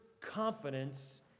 confidence